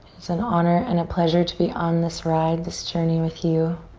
it's an honor and a pleasure to be on this ride, this journey with you.